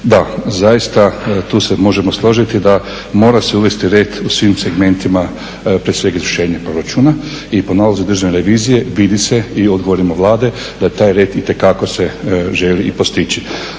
Da, zaista tu se možemo složiti da mora se uvesti red u svim segmentima prije svega izvršenje proračuna i po nalazu Državne revizije vidi se i odgovorima Vlade da taj red itekako se želi i postići